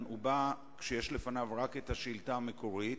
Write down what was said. הוא בא כשיש לפניו רק השאילתא המקורית,